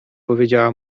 powiedziała